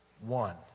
one